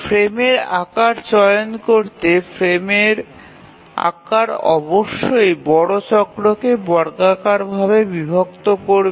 ফ্রেমের আকার নির্ধারণ করার জন্য ফ্রেমের আকার অবশ্যই প্রধান চক্রকে বর্গাকার ভাবে বিভক্ত করবে